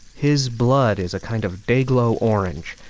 his blood is a kind of day-glo orange,